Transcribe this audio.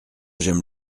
j’aime